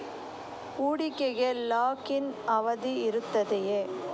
ಹೂಡಿಕೆಗೆ lock in ಅವಧಿ ಇರುತ್ತದೆಯೇ?